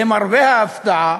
למרבה ההפתעה,